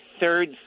third